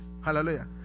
Hallelujah